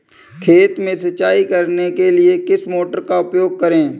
खेत में सिंचाई करने के लिए किस मोटर का उपयोग करें?